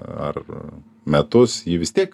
ar metus ji vis tiek